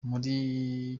muri